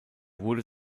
wurde